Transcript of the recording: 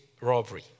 robbery